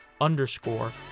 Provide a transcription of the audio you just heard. Underscore